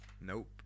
Nope